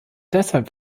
deshalb